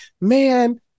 man